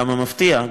כמה מפתיע,